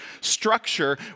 structure